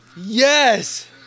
yes